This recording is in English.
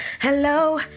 Hello